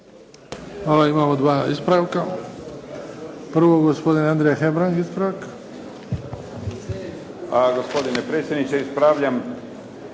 Hvala. Imamo dva ispravka. Prvo gospodin Andrija Hebrang ispravak.